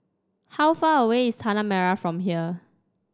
how far away is Tanah Merah from here